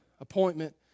appointment